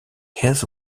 his